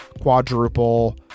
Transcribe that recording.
quadruple